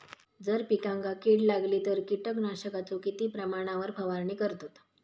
जर पिकांका कीड लागली तर कीटकनाशकाचो किती प्रमाणावर फवारणी करतत?